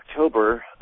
October